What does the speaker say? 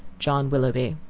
john willoughby.